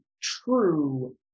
true